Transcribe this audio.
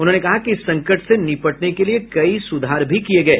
उन्होंने कहा कि इस संकट से निपटने के लिए कई सुधार भी किये गये